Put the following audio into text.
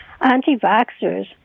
Anti-vaxxers